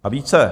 A více.